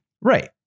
Right